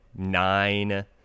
Nine